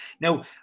Now